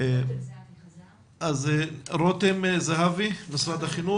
אני מבקש לעבור לרותם זהבי, מנהל האגף